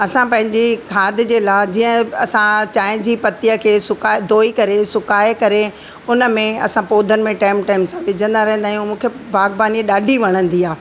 असां पंहिंजी खाद जे लाइ जीअं असां चांहि जी पत्तीअ खे सुकाए धोई करे सुकाए करे उनमें असां पौधनि में टेम टेम सां विझंदा रहंदा आहियूं मूंखे बागबानी ॾाढी वणंदी आहे